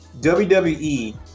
WWE